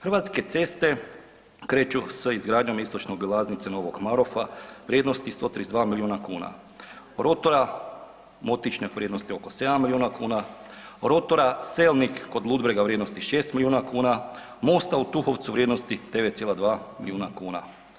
Hrvatske ceste kreću sa izgradnjom istočne obilaznice Novog Marofa vrijednosti 132 miliona kuna, rotora …/nerazumljivo/… vrijednosti oko 7 miliona kuna, rotora Selnik kod Ludbrega vrijednosti 6 miliona kuna, mosta u Tuhovcu vrijednosti 9,2 miliona kuna.